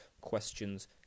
questions